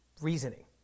reasoning